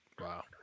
Wow